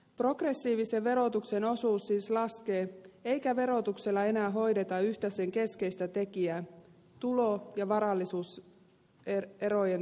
progressiivisen verotuksen osuus siis laskee eikä verotuksella enää hoideta yhtä sen keskeistä tekijää tulo ja varallisuuserojen tasaamista